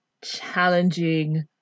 challenging